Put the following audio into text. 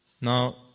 Now